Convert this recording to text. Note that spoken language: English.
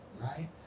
right